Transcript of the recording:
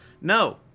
No